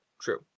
true